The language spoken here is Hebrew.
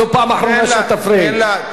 זו הפעם האחרונה שאת תפריעי לו.